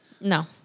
No